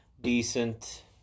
decent